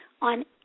on